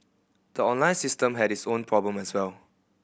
the online system had its own problem as well